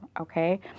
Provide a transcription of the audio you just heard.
okay